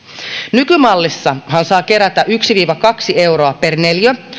nykymallissahan saa kerätä yksi viiva kaksi euroa per neliö